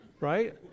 Right